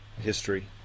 history